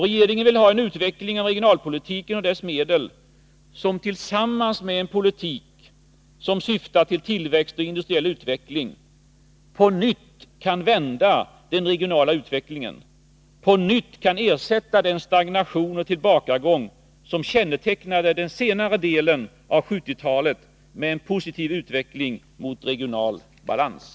Regeringen vill ha en utveckling av regio nalpolitiken och dess medel som tillsammans med en politik som syftar till tillväxt och industriell utveckling på nytt kan vända den regionala utvecklingen, på nytt kan ersätta den stagnation och tillbakagång som kännetecknade den senare delen av 1970-talet med en positiv utveckling mot regional balans.